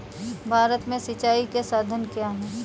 भारत में सिंचाई के साधन क्या है?